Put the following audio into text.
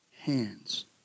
hands